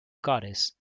goddess